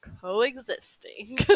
coexisting